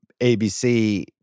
ABC